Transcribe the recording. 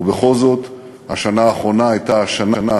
ובכל זאת השנה האחרונה הייתה השנה,